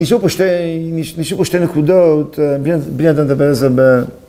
‫ניסו פה שתי נקודות, ‫מי ידע לדבר על זה ב...